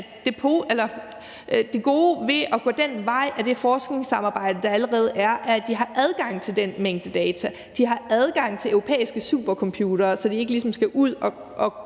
det gode ved at gå den vej med det forskningssamarbejde, der allerede er, er jo, at de har adgang til den mængde data, og at de har adgang til europæiske supercomputere, så de ikke ligesom skal ud at